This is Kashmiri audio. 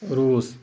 روٗس